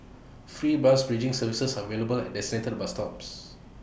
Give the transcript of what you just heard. free bus bridging services are available at designated bus stops